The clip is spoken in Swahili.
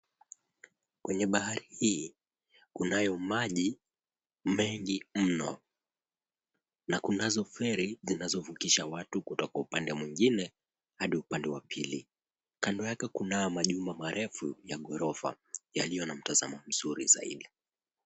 Kwenye bahari hii kunayo maji mengi mno na kunazo feri zinazovukisha watu kutoka upande mwingine hadi upande wa pili. Kando yake kuna majumba marefu ya ghorofa yalio na mtazamo mzuri zaidi.